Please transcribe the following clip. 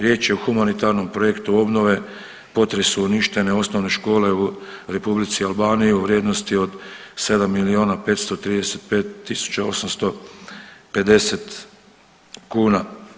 Riječ je o humanitarnom projektu obnove, potresu uništene osnovne škole u Republici Albaniji u vrijednosti od 7 miliona 535 tisuća 850 kuna.